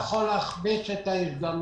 אני לא יכול להחמיץ את ההזדמנות